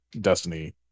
Destiny